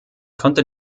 konnte